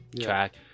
track